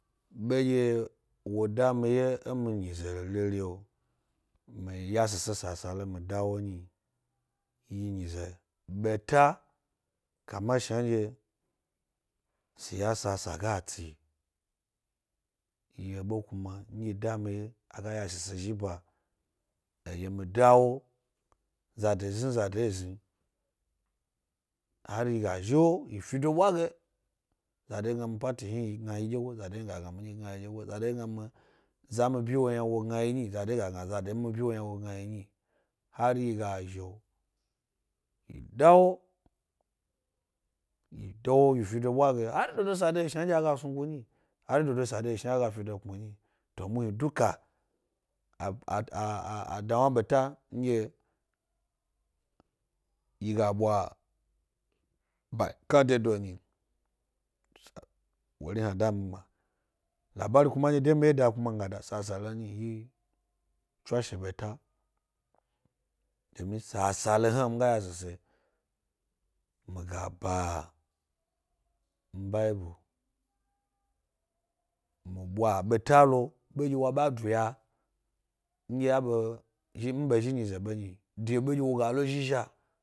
Ɓe ɗye wo dami wye e mi nyize rere’o, mi yashise sasale mi da wo nyi yi nyneze ɓeta kama shandye siyasa sa ga tsi, yi ebe kuma nɗye da mi wye aga yashise zhi bae eɗye mi da wo, zade zni, zade ezni hari yi zhio yi fido bwage. Zaade gna mi pati hni gna yi dyego zade gna mi, pati hni gna yi dye go, zade ezni hari yi zhio yifido bwage. Zabe gna mi pati hni gna yi ɗyego, zabe gnami za mi vi wo yna gna yin y zade ga gna zade ni vi wo yna gna yi nyi, hari yi ga zhio, yi dawo, yi towo yi fido bwa ge hari dodo sade eyi shnanɗye a aga snugu nyi, hari dodo yi sade snanɗye a ga fido kpm, nyi lo muhni duka a da wna ɓeta nɗye yi gabwa parka de do nyi, wori hna da mi gbma labari kuma nɗye de mi wye da kuma nga da sasale nyi, swashe beta domi sasale hna mi ga yashi se miga ba mi bible mibwa abeta lo, ɓenɗye w aba duya ndye be m nyi de be ndye woga lo zhi-zha.